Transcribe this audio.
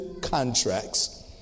contracts